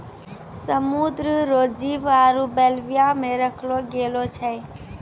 समुद्र रो जीव आरु बेल्विया मे रखलो गेलो छै